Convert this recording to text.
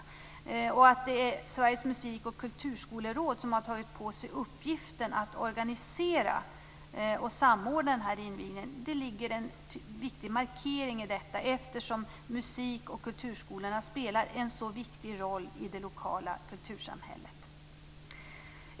Det ligger en viktig markering i att det är Sveriges musik och kulturskoleråd som har tagit på sig uppgiften att organisera och samordna invigningen, eftersom musik och kulturskolorna spelar en så viktig roll i det lokala kultursamhället.